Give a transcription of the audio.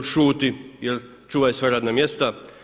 Šuti jer čuvaju svoja radna mjesta.